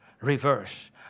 reverse